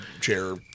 chair